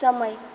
સમય